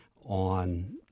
on